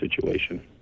situation